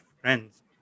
friends